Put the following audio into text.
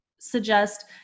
suggest